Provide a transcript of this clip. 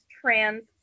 trans